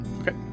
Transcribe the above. okay